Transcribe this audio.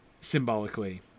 symbolically